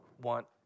want